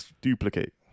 duplicate